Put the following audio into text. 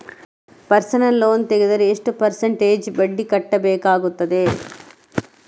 Personal loan ತೆಗೆದರೆ ಎಷ್ಟು percentage ಬಡ್ಡಿ ಕಟ್ಟಬೇಕಾಗುತ್ತದೆ?